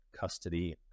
custody